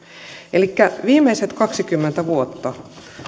elikkä viimeiset kaksikymmentä vuotta